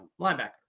linebacker